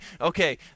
okay